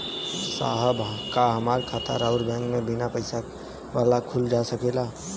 साहब का हमार खाता राऊर बैंक में बीना पैसा वाला खुल जा सकेला?